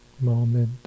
moment